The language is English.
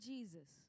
Jesus